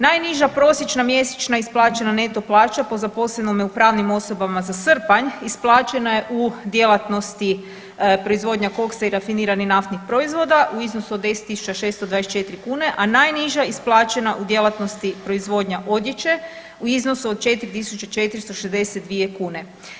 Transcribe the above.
Najniža prosječna mjesečna isplaćena neto plaća po zaposlenome u pravnim osobama za srpanj isplaćena je u djelatnosti proizvodnja koksa i rafiniranih naftnih proizvoda u iznosu od 10.624 kune, a najniža isplaćena u djelatnosti proizvodnja odjeće u iznosu od 4.462 kune.